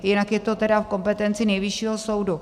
Jinak je to tedy v kompetenci Nejvyššího soudu.